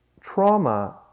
Trauma